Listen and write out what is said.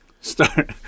Start